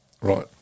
Right